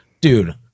Dude